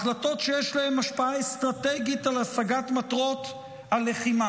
החלטות שיש להן השפעה אסטרטגית על השגת מטרות הלחימה.